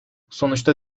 sonuçta